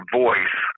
voice